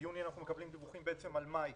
ביוני אנחנו מקבלים דיווחים על מאי